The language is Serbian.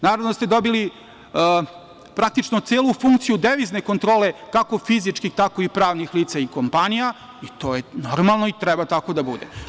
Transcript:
Naravno da ste dobili praktično celu funkciju devizne kontrole, kako fizičkih, tako i pravnih lica i kompanija i to je normalno i tako treba da bude.